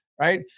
Right